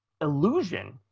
illusion